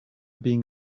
being